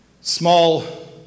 small